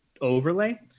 overlay